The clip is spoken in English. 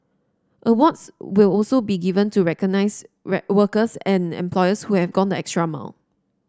awards will also be given to recognize workers and employers who have gone the extra mile